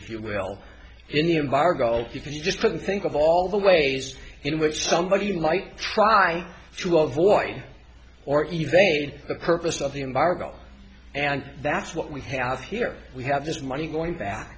if you will in the environment if you just didn't think of all the ways in which somebody might try to avoid or evade the purpose of the environment and that's what we have here we have this money going back